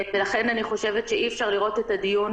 לכן, אני חושבת שאי-אפשר לראות את הדיון